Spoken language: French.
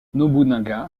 nobunaga